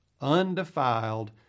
undefiled